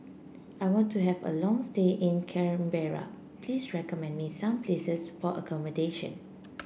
I want to have a long stay in Canberra please recommend me some places for accommodation